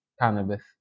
Cannabis